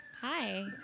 Hi